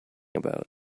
about